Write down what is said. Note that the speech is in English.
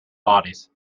bodies